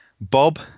Bob